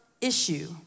issue